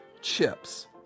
chips